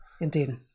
Indeed